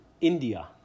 India